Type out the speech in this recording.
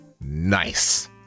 nice